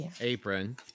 Apron